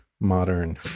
modern